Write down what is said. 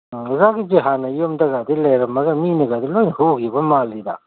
ꯑꯣꯖꯥꯒꯤꯁꯦ ꯍꯥꯟꯅ ꯌꯨꯝꯗꯒꯗꯤ ꯂꯩꯔꯝꯃꯒ ꯃꯤꯅꯒꯗꯤ ꯂꯣꯏ ꯍꯨꯈꯤꯕ ꯃꯥꯜꯂꯤꯗ